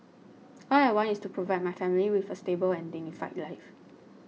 all I want is to provide my family with a stable and dignified life